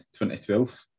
2012